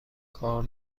کار